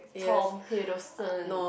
Tom Hiddleston